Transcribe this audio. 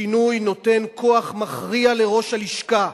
השינוי נותן כוח מכריע לראש הלשכה.